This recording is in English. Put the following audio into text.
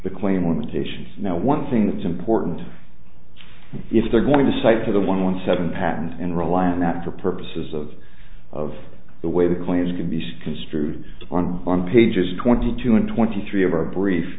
now one thing that's important if they're going to cite to the one seven patent and rely on that for purposes of of the way the claims can be construed on on pages twenty two and twenty three of our brief